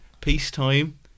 peacetime